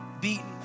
beaten